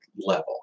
level